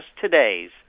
today's